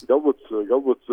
galbūt galbūt